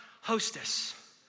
hostess